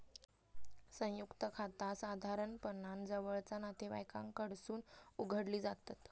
संयुक्त खाता साधारणपणान जवळचा नातेवाईकांकडसून उघडली जातत